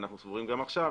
ואנו סבורים גם עכשיו,